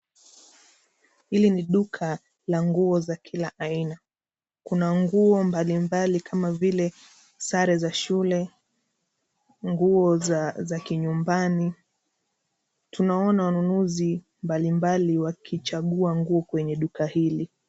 Hili ni duka la nguo za kila aina, kuna nguo mbali mbali kama vile sare za shule, nguo za kinyumbani, tunaona wanunuzi mbali mbali wakichagua nguo kwenye duka hili.